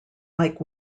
like